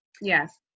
yes